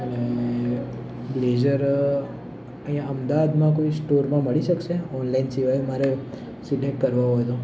અને બ્લેઝર અહીંયા અમદાવાદમાં કોઈ સ્ટોરમાં મળી શકશે ઓનલાઇન સિવાય મારે સિલેક્ટ કરવા હોય તો